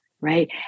right